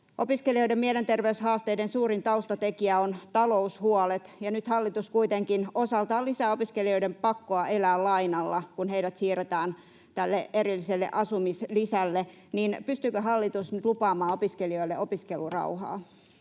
Opiskelijoiden mielenterveyshaasteiden suurin taustatekijä on taloushuolet, ja nyt hallitus kuitenkin osaltaan lisää opiskelijoiden pakkoa elää lainalla, kun heidät siirretään tälle erilliselle asumislisälle. Pystyykö hallitus nyt lupaamaan opiskelijoille [Puhemies